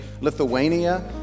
Lithuania